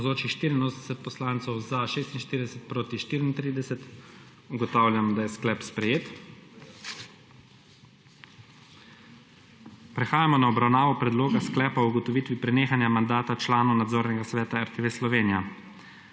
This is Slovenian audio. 34. (Za je glasovalo 46.) (Proti 34.) Ugotavljam, da je sklep sprejet. Prehajamo na obravnavo Predloga sklepa o ugotovitvi prenehanja mandata članom Nadzornega sveta RTV Slovenija.